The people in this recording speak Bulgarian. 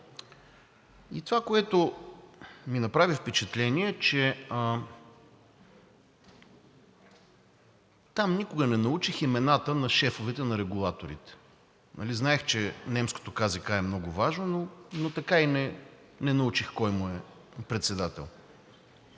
И това, което ми направи впечатление, е, че там никога не научих имената на шефовете на регулаторите. Знаех, че немската КЗК е много важна, но така и не научих кой и е председател.